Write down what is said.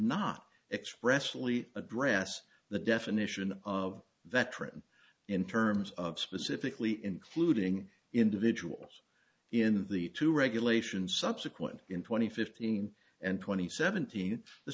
expressly address the definition of veteran in terms of specifically including individuals in the two regulations subsequent in twenty fifteen and twenty seventeen the